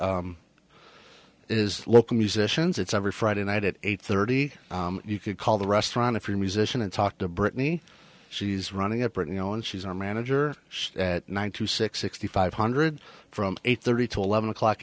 it is local musicians it's every friday night at eight thirty you could call the restaurant if you're a musician and talk to britney she's running up and you know and she's our manager at nine to six sixty five hundred from eight thirty to eleven o'clock